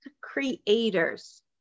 creators